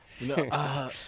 No